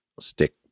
stick